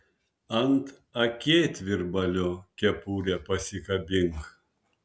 ant akėtvirbalio kepurę pasikabink